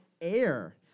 air